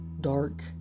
dark